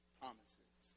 promises